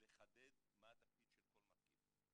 לחדד מה התפקיד של כל מרכיב.